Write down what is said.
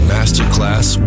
Masterclass